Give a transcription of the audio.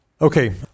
Okay